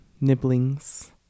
nibblings